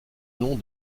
nom